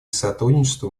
сотрудничеству